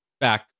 back